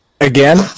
Again